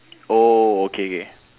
oh okay K